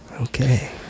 okay